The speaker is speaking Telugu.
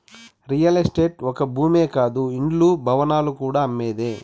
రియల్ ఎస్టేట్ ఒక్క భూమే కాదు ఇండ్లు, భవనాలు కూడా అమ్మేదే